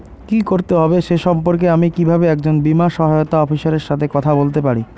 কী করতে হবে সে সম্পর্কে আমি কীভাবে একজন বীমা সহায়তা অফিসারের সাথে কথা বলতে পারি?